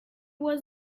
was